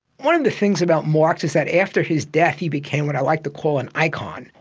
one of the things about marx is that after his death he became what i like to call an icon.